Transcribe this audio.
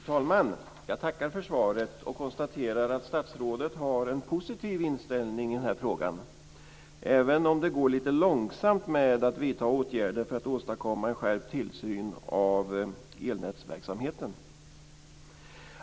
Fru talman! Jag tackar för svaret, och konstaterar att statsrådet har en positiv inställning i den här frågan - även om det går lite långsamt med att vidta åtgärder för att åstadkomma en skärpt tillsyn av elnätsverksamheten.